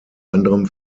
anderem